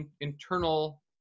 internal